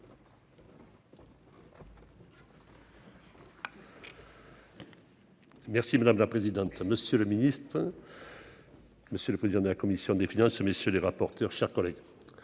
Merci madame la présidente, monsieur le Ministre. Monsieur le président de la commission des finances, messieurs les rapporteurs, chers collègues,